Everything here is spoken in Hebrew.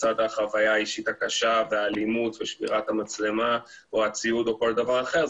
לצד החוויה האישית הקשה והאלימות ושבירת המצלמה או הציוד או כל דבר אחר,